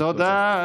תודה.